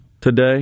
today